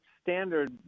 standard